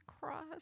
cross